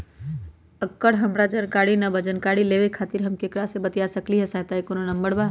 एकर हमरा जानकारी न बा जानकारी लेवे के खातिर हम केकरा से बातिया सकली ह सहायता के कोनो नंबर बा?